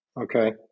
okay